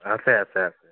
আছে আছে আছে